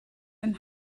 and